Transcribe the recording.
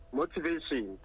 motivation